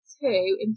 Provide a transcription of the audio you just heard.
two